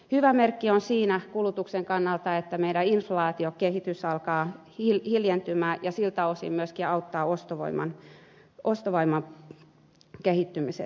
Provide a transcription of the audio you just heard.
hyvä merkki on siinä kulutuksen kannalta että meidän inflaatiokehityksemme alkaa hiljentyä ja siltä osin myöskin auttaa ostovoiman kehittymisessä